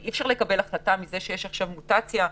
ואי אפשר עכשיו לקבל החלטה על סמך מוטציה כלשהי,